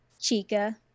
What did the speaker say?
Chica